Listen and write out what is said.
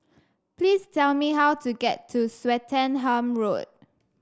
please tell me how to get to Swettenham Road